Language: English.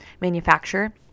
manufacturer